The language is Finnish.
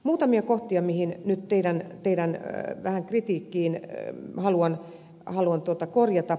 muutamia kohtia missä vähän teidän kritiikkiänne haluan korjata